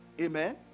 Amen